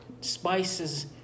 spices